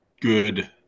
good